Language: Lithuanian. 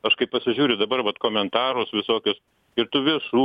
aš kai pasižiūriu dabar vat komentarus visokius ir tų viešų